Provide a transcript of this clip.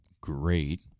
great